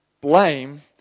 blame